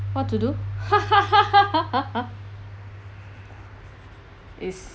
what to do is